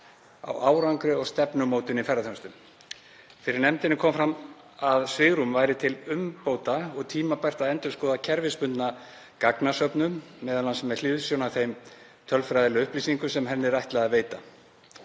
á árangri og stefnumótun í ferðaþjónustu. Fyrir nefndinni kom fram að svigrúm væri til umbóta og tímabært að endurskoða kerfisbundna gagnasöfnun, m.a. með hliðsjón af þeim tölfræðilegu upplýsingum sem henni er ætlað að veita.